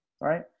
Right